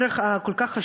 הערך החשוב כל כך,